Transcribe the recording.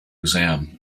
exam